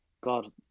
God